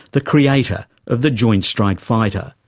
the creator of the joint strike fighter.